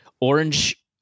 orange